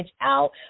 out